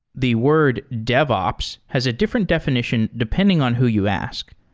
the word devops has a different defi nition depending on who you ask.